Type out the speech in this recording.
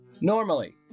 Normally